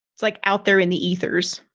it's like out there in the ethers.